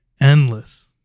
endless